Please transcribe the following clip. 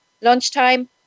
lunchtime